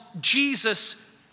Jesus